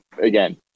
again